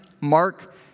Mark